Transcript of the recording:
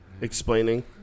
Explaining